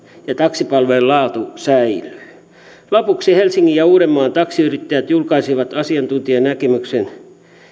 ja taksipalvelujen laatu säilyy lopuksi helsingin ja uudenmaan taksiyrittäjät julkaisivat asiantuntijanäkemyksen